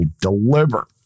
deliver